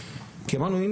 כי אמרנו: הינה,